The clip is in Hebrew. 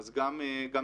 אז גם צה"ל.